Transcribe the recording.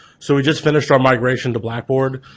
so we just finished our migration to blackboard,